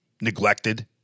neglected